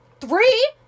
Three